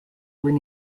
were